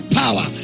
power